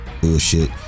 bullshit